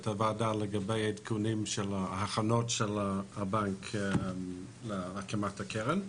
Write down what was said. הוועדה לגבי עדכונים של ההכנות של הבנק להקמת הקרן.